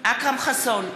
אכרם חסון,